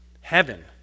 heaven